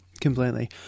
completely